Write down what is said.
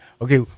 Okay